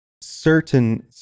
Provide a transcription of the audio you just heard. certain